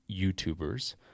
YouTubers